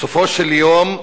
בסופו של יום,